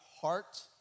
heart